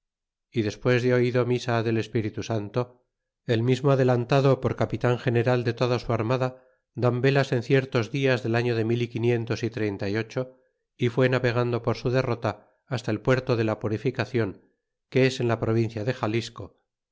y despues de oido misa del espíritu santo el mismo adelantado por capitan general de toda su armada dan velas en ciertos dias del año de mil y quinientos y treinta y ocho y fue navegando por su derrota hasta el puerto de la purificacion que es en la provincia de xalisco